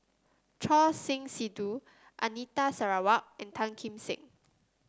Choor Singh Sidhu Anita Sarawak and Tan Kim Seng